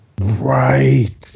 Right